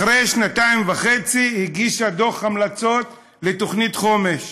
אחרי שנתיים וחצי הגישה דוח המלצות לתוכנית חומש,